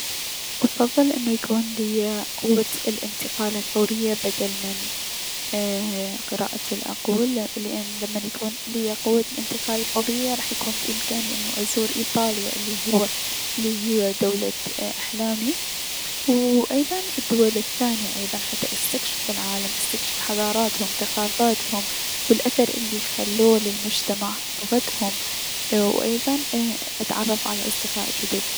افضل انو يكون ليا قوة الأنتقال الفوري بدل من قراءة العقول لأن لمن يكون عندي قوة الأنتقال الفورية راح يكون بأمكاني انو ازور ايطاليا الي هي دولة احلامي و ايضا الدول الثانية ايضا حتى استكشف العالم استكشف حضاراتهم ثقافاتهم و الأثر الي خلوه للمجتمع لغتهم و ايضا اتعرف على اصدقاء جدد.